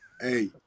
Hey